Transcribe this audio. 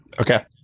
Okay